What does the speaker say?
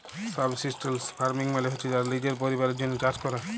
subsistence farming মালে হছে যারা লিজের পরিবারের জ্যনহে চাষ ক্যরে